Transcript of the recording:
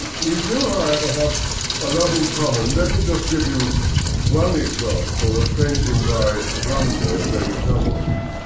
we do, however, have a lot in common. let me just give you one example a painting by romney of lady hamilton,